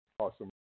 Awesome